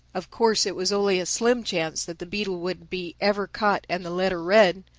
of course it was only a slim chance that the beetle would be ever caught and the letter read.